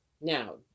now